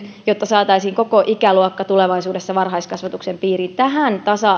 jotta saataisiin koko ikäluokka tulevaisuudessa varhaiskasvatuksen piiriin tälle tasa